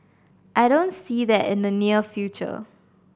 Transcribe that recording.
I don't see that in the near future